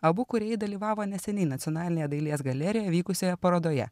abu kūrėjai dalyvavo neseniai nacionalinėje dailės galerijoje vykusioje parodoje